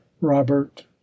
robert